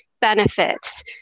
benefits